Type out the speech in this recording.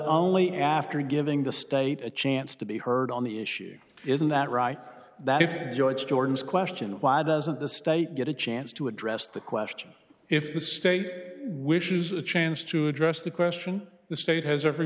only after giving the state a chance to be heard on the issue isn't that right that if george jordan's question why doesn't the state get a chance to address the question if the state wishes a change to address the question the state has every